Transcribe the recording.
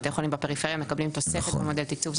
בתי חולים בפריפריה מקבלים תוספת במודל תקצוב,